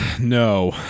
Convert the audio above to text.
No